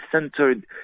centered